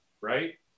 right